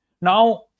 Now